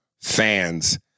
fans